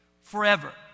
forever